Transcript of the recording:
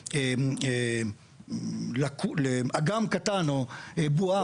איזה אגם קטן או בועה.